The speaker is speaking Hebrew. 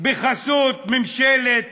בחסות ממשלת